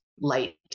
light